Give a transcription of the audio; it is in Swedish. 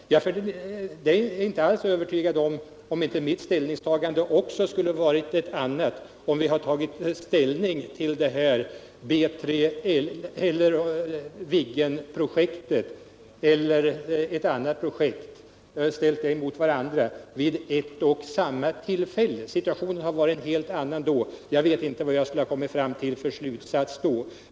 Jag är inte alls övertygad om att mitt ställningstagande inte hade kunnat bli ett annat, om Viggenprojektet och ett annat projekt ställts mot varandra vid ett och samma tillfälle. Situationen hade då varit en helt annan, och jag vet inte vilken slutsats jag i så fall skulle ha kommit fram till.